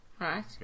Right